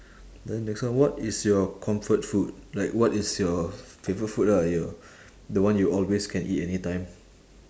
then next one what is your comfort food like what is your favourite food lah your the one you always can eat anytime